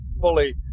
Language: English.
fully